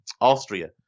Austria